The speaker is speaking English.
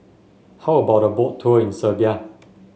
how about a Boat Tour in Serbia